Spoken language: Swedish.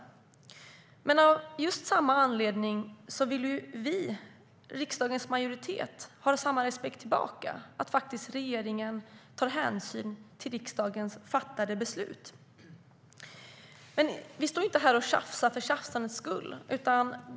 Men av samma anledning vill vi, riksdagens majoritet, ha samma respekt tillbaka. Regeringen bör ta hänsyn till riksdagens fattade beslut. Men vi står inte här och tjafsar för tjafsandets skull.